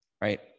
right